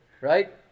Right